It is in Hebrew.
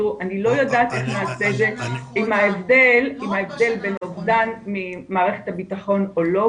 אני לא יודעת איך נעשה את זה עם ההבדל בין אובדן ממערכת הבטחון או לא,